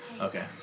Okay